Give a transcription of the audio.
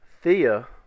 Thea